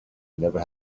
never